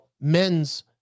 men's